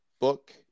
book